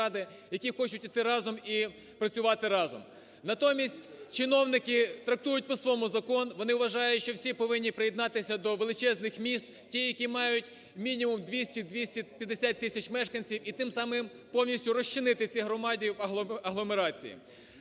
які хочуть йти разом і працювати разом. Натомість чиновники трактують по-своєму закон, вони вважають, що всі повинні приєднатися до величезних міст, ті, які мають мінімум 200-250 тисяч мешканців, і тим самим повністю розчинити громади в агломерації.